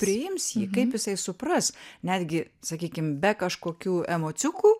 priims jį kaip jisai supras netgi sakykim be kažkokių emociukų